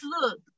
Look